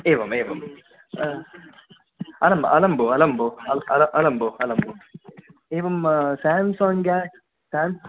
एवमेवम् अलम् अलं भो अलं भो अल् अलं भो अलं भो एवं स्याम्संग् ग्या स्यम्